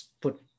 put